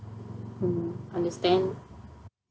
mm understand